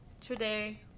today